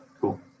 Cool